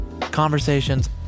Conversations